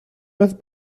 oedd